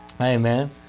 Amen